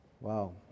Wow